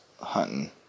hunting